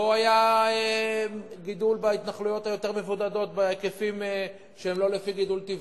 לא היה גידול בהתנחלויות היותר מבודדות בהיקפים שהם לא לפי גידול טבעי,